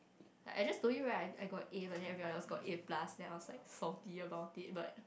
like I just doing like I got A but then everyone else got A plus then I was like forget about it but